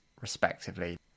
respectively